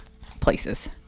places